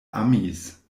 amis